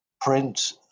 print